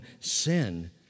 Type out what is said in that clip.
sin